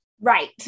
Right